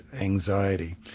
anxiety